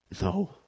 No